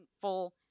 full